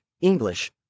English